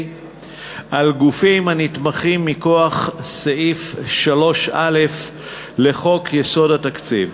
על גופים הנתמכים מכוח סעיף 3א לחוק יסודות התקציב.